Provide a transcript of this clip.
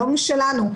לא משלנו.